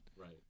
Right